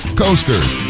coasters